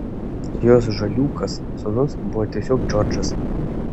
jos žaliūkas sūnus buvo tiesiog džordžas